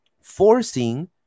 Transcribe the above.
forcing